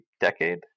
decade